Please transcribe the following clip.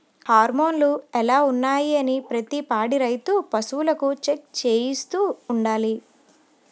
హార్మోన్లు ఎలా ఉన్నాయి అనీ ప్రతి పాడి రైతు పశువులకు చెక్ చేయిస్తూ ఉండాలి